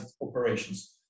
operations